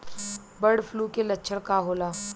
Bird flu के लक्षण का होला?